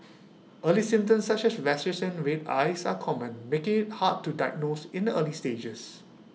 early symptoms such as rashes and red eyes are common making IT hard to diagnose in the early stages